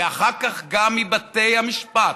ואחר כך גם מבתי המשפט,